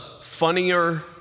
funnier